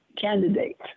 candidate